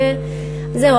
וזהו.